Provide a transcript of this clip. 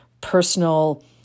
personal